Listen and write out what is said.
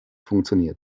funktioniert